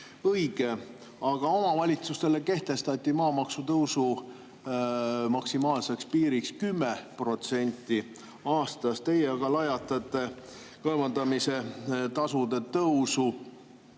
Aga omavalitsustele kehtestati maamaksu tõusu maksimaalseks piiriks 10% aastas, teie aga lajatate kaevandamise tasude tõusuga